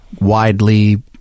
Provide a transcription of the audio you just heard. widely